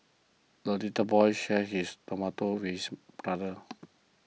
the little boy shared his tomato with his brother